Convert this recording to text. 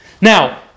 Now